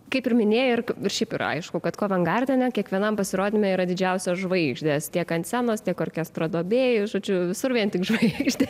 kaip ir minėjai ir ir šiaip yra aišku kad kovengardene kiekvienam pasirodyme yra didžiausios žvaigždes tiek ant scenos tiek orkestro duobėj žodžiu visur vien tik žvaigždės